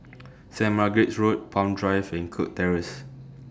Saint Margaret's Road Palm Drive and Kirk Terrace